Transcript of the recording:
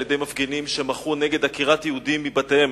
של מפגינים שמחו נגד עקירת יהודים מבתיהם,